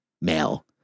male